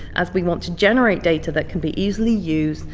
as we want to generate data that can be easily used,